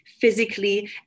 physically